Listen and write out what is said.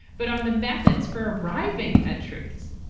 but on the methods for arriving at truths,